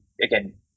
again